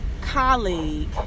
colleague